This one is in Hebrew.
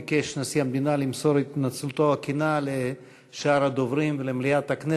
נשיא המדינה ביקש למסור את התנצלותו הכנה לשאר הדוברים ולמליאת הכנסת,